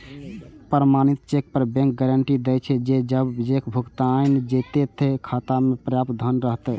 प्रमाणित चेक पर bank guarantee दै छे, जे जब चेक भुनाएल जेतै, ते खाता मे पर्याप्त धन रहतै